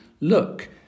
look